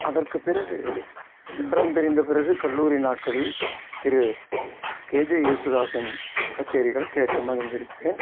அதற்கு பிறகு விவரம் தெரிந்த பிறகு கல்லூரி நாட்களில் திரு கேஜே யேசுதாஸின் கச்சேரிகள் கேட்டு மகிழ்ந்திருக்கிறேன்